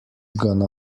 gonna